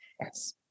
Yes